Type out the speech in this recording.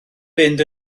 fynd